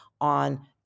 on